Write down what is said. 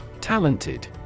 Talented